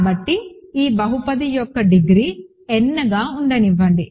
కాబట్టి ఈ బహుపది యొక్క డిగ్రీ n గా ఉండనివ్వండి